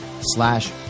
slash